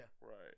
Right